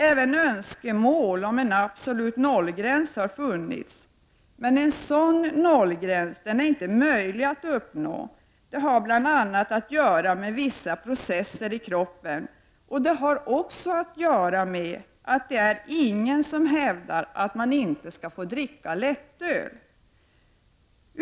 Även önskemål om en absolut nollgräns har funnits. Men en sådan nollgräns är inte möjlig att uppnå, vilket har att göra bl.a. med vissa processer i kroppen och med att det inte är någon som hävdar att man inte skall få dricka lättöl.